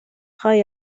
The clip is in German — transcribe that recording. drei